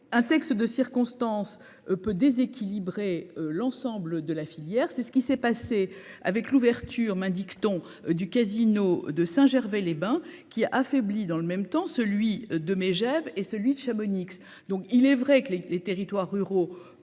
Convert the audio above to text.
Un texte de circonstance. Peut déséquilibrer l'ensemble de la filière. C'est ce qui s'est passé. Avec l'ouverture mains dicton du casino de Saint-Gervais les bains qui affaiblit dans le même temps, celui de Megève et celui de Chamonix donc il est vrai que les, les territoires ruraux